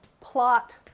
plot